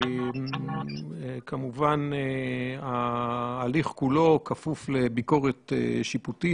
וכמובן, ההליך כולו כפוף לביקורת שיפוטית.